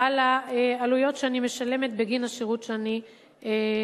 על העלויות שאני משלמת בגין השירות שאני צורכת.